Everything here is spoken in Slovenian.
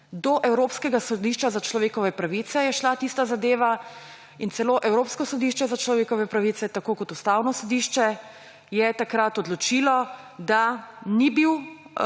do Evropskega sodišča za človekove pravice je šla tista zadeva in celo Evropsko sodišče za človekove pravice, tako kot Ustavno sodišče, je takrat odločilo, da ni bil